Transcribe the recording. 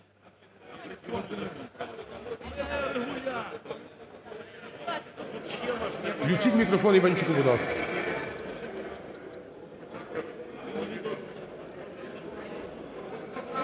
Включіть мікрофон Іванчуку, будь ласка.